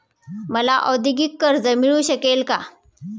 मला औद्योगिक कर्ज मिळू शकेल का?